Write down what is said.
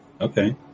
Okay